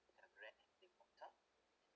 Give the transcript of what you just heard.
have read harry potter